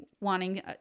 wanting